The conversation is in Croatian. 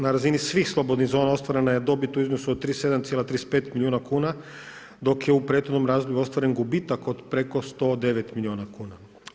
Na razini svih slobodnih zona ostvarena je dobit u iznosu 37,35 milijuna kuna dok je u prethodnom razdoblju ostvaren gubitak od preko 109 milijuna kuna.